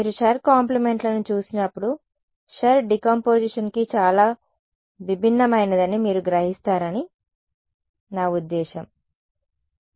మీరు షుర్ కాంప్లిమెంట్లను చూసినప్పుడు షుర్ డి కాంపొజిషన్ కి చాలా భిన్నమైనదని మీరు గ్రహిస్తారని నా ఉద్దేశ్యం అదే కాదు